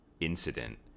Incident